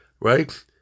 right